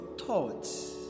thoughts